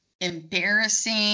embarrassing